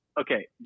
Okay